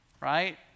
Right